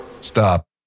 Stop